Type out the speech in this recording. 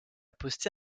posté